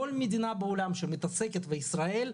כל מדינה בעולם שמתעסקת, וישראל,